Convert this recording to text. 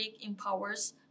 empowers